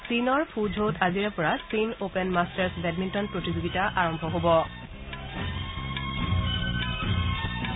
চীনৰ ফুক্মৌত আজিৰে পৰা চীন অপেন মাটাৰ্ছ বেডমিণ্টন প্ৰতিযোগিতা আৰম্ভ হ'ব